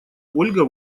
ольга